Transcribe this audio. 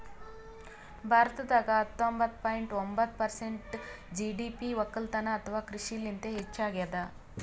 ಭಾರತದಾಗ್ ಹತ್ತೊಂಬತ್ತ ಪಾಯಿಂಟ್ ಒಂಬತ್ತ್ ಪರ್ಸೆಂಟ್ ಜಿ.ಡಿ.ಪಿ ವಕ್ಕಲತನ್ ಅಥವಾ ಕೃಷಿಲಿಂತೆ ಹೆಚ್ಚಾಗ್ಯಾದ